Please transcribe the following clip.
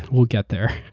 we'll get there. yeah,